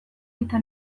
eta